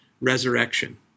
resurrection